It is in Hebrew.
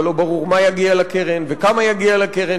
אבל לא ברור מה יגיע לקרן וכמה יגיע לקרן